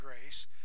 grace